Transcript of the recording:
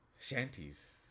shanties